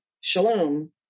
Shalom